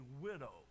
widow